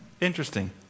Interesting